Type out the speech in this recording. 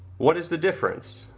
what is the difference,